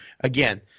again